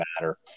matter